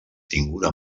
tinguda